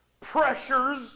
Pressures